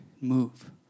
move